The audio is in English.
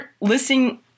listening